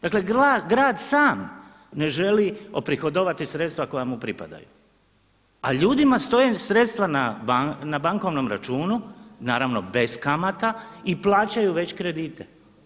Dakle, grad sam ne želi oprihodovati sredstva koja mu pripadaju, a ljudima stoje sredstva na bankovnom računu, naravno bez kamata i plaćaju već kredite.